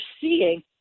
seeing